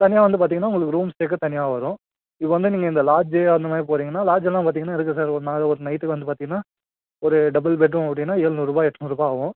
தனியாக வந்து பார்த்திங்கன்னா உங்களுக்கு ரூம் ஸ்டேக்கு தனியாக வரும் இப்போ வந்து நீங்கள் இந்த லாட்ஜ்ஜு அந்த மாதிரி போறீங்கன்னால் லாட்ஜெல்லாம் பார்த்திங்கன்னா இருக்குது சார் ஒரு நாள் ஒரு நைட்டுக்கு வந்து பார்த்திங்கன்னா ஒரு டபுள் பெட்ரூம் அப்படின்னா ஏழுநூறுபா எட்நூறுபாய் ஆவும்